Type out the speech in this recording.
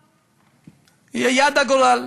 ולומר "יד הגורל".